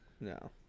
No